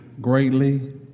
greatly